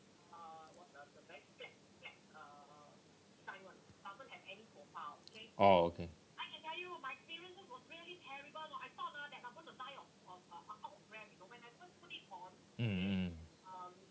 oh okay mmhmm mmhmm